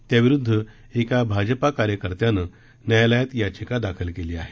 त्याविरुद्ध एका भाजपा कार्यकर्त्यानं न्यायालयात याचिका दाखल केली आहे